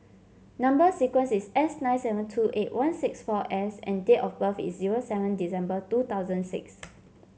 number sequence is S nine seven two eight one six four S and date of birth is zero seven December two thousand six